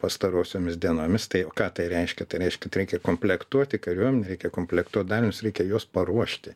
pastarosiomis dienomis tai o ką tai reiškia tai reiškia tai reikia komplektuoti kariuomenę reikia komplektuot dalinius reikia juos paruošti